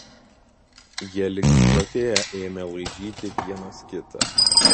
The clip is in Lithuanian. jie lyg išprotėję ėmė laižyti vienas kitą